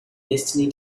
destiny